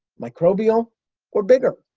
microbial or bigger?